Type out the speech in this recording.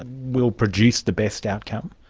and will produce the best outcome?